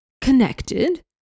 connected